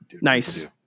nice